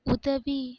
உதவி